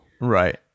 Right